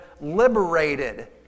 liberated